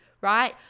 right